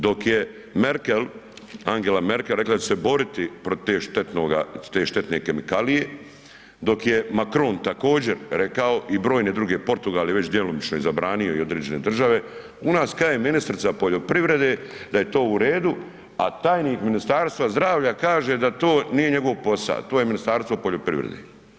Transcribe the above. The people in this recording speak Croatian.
Dok je Merkel, Angela Merkel rekla da će se boriti protiv te štetne kemikalije, dok je Macron također rekao i brojne druge, Portugal je već djelomično i zabranio i određene države, u nas kaže ministrica poljoprivrede da je to u redu, a tajnik ministarstva zdravlja kaže da to nije njegov posa, to je Ministarstvo poljoprivrede.